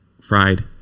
fried